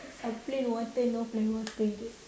uh plain water no plain water